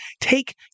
take